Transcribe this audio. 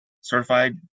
certified